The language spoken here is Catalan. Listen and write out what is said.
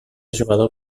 jugador